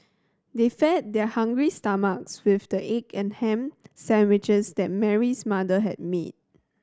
they fed their hungry stomachs with the egg and ham sandwiches that Mary's mother had made